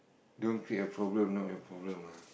don't create a problem not your problem ah